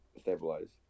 Stabilize